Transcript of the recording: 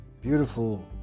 beautiful